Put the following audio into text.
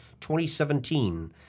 2017